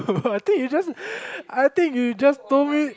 I think you just I think you just told me